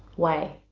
why?